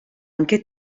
anche